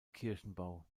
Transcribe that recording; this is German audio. kirchenbau